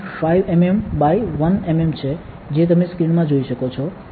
5 mm by 1 mm છે જે તમે સ્ક્રીનમાં જોઈ રહ્યા છો